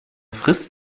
frist